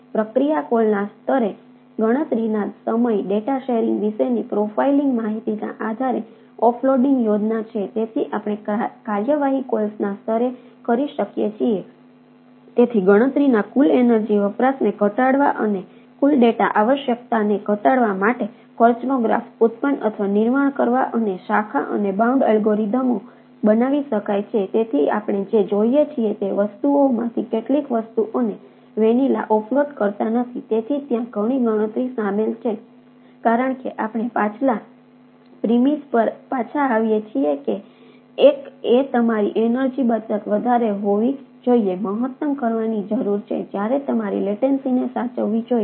પ્રક્રિયા કોલના સ્તરે ગણતરીના સમય ડેટા શેરિંગ વિશેની પ્રોફાઇલિંગ સાચવવી જોઈએ